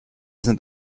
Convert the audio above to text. sind